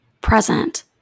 present